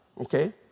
okay